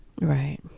Right